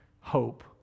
hope